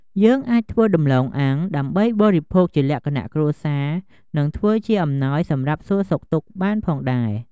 យើងអាចធ្វើដំទ្បូងអាំង ដើម្បីបរិភោគជាលក្ខណៈគ្រួសារ និងធ្វើជាអំណោយសម្រាប់សួរសុខទុក្ខបានផងដែរ។